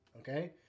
okay